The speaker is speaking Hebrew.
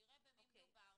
כדי שיראה במי מדובר,